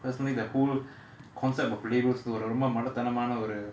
personally the whole concept of labels ரொம்ப மடத்தனமான ஒரு:romba madathanamaana oru